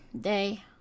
day